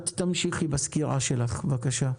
את תמשיכי בסקירה שלך, בבקשה.